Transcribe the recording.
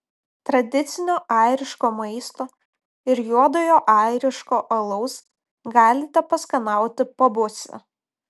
tradicinio airiško maisto ir juodojo airiško alaus galite paskanauti pabuose